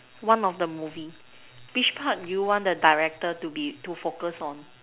one of the movie which part do you want the director to be to focus on